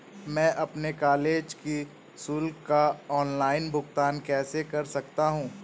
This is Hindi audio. मैं अपने कॉलेज की शुल्क का ऑनलाइन भुगतान कैसे कर सकता हूँ?